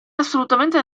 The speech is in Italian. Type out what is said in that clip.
assolutamente